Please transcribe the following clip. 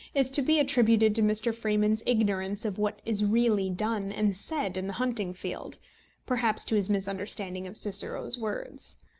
is to be attributed to mr. freeman's ignorance of what is really done and said in the hunting-field perhaps to his misunderstanding of cicero's words.